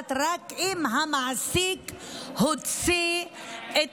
בחל"ת רק אם המעסיק הוציא את,